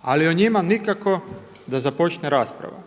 ali o njima nikako da započne rasprava,